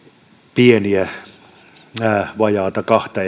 pientä vajaata kahta